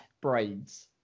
braids